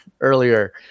earlier